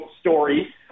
story